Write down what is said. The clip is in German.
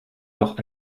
doch